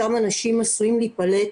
אותם אנשים עשויים להיפלט